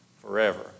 forever